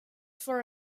for